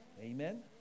Amen